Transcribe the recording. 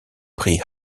prix